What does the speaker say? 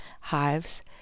hives